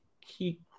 keep